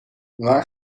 waar